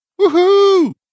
Woohoo